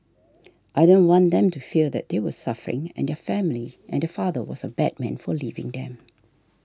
I didn't want them to feel that they were suffering and their family and their father was a bad man for leaving them